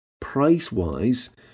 price-wise